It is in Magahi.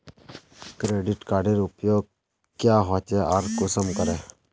क्रेडिट कार्डेर उपयोग क्याँ होचे आर कुंसम करे?